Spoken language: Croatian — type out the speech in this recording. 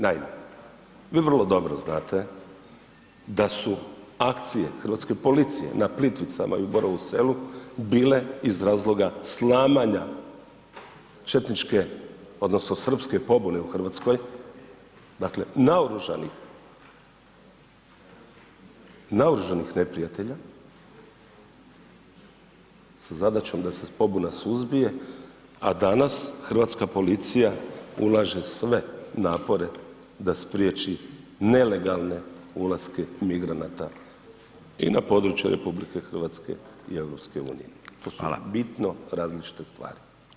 Naime, vi vrlo dobro znate da su akcije hrvatske policije na Plitvicama i Borovu selu bile iz razloga slamanja četničke odnosno srpske pobune u RH, dakle naoružanih neprijatelja sa zadaćom da se pobuna suzbije, a danas hrvatska policija ulaže sve napore da spriječi nelegalne ulaske migranata i na područje RH i EU [[Upadica: Hvala]] to su bitno različite stvari.